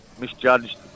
misjudged